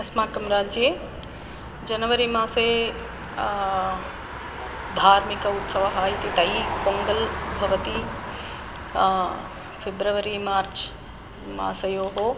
अस्माकं राज्ये जनवरि मासे धार्मिक उत्सवः इति तत् पोङ्गल् भवति फ़ेब्रवरि मार्च् मासयोः